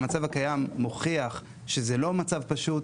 המצב הקיים מוכיח שזה לא מצב פשוט,